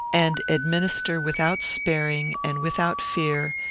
and administer without sparing, and without fear,